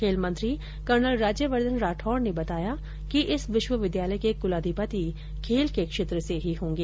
खेलमंत्री कर्नल राज्यवर्दधन राठौड़ ने बताया कि इस विश्वविद्यालय के कुलाधिपति खेल के क्षेत्र से होंगे